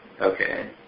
Okay